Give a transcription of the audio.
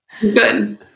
good